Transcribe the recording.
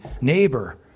neighbor